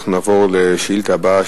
אנחנו נעבור לשאילתא הבאה,